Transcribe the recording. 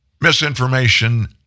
Misinformation